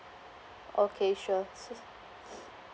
okay sure so